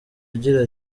agira